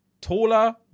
Taller